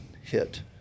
hit